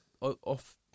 off